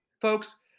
folks